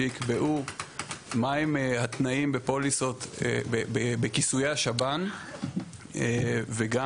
שיקבעו מהם התנאים בפוליסות בכיסויי השב"ן וגם